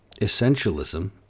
essentialism